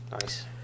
Nice